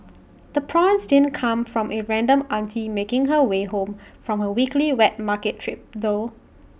the prawns didn't come from A random auntie making her way home from her weekly wet market trip though